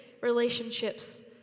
relationships